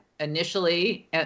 initially